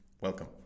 welcome